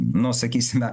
nu sakysime